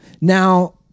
Now